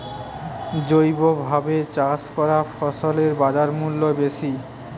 জৈবভাবে চাষ করা ফসলের বাজারমূল্য বেশি